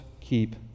keep